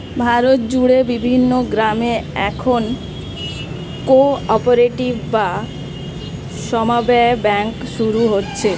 ভারত জুড়ে বিভিন্ন গ্রামে এখন কো অপারেটিভ বা সমব্যায় ব্যাঙ্ক শুরু হচ্ছে